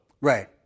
Right